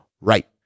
right